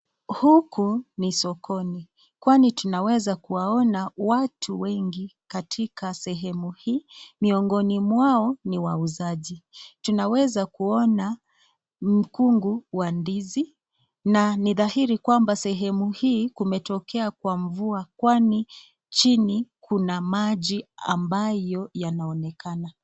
Huku ni sokoni kwani tunaweza kuwaona watu wengi katika sehemu hii, miongoni mwao ni wauzaji. Tunaweza kuona mkungu wa ndizi, na ni dhairi kwamba sehemu hii kumetokea kuwa mvua kwani chini kuna maji ambayo yanaonekana.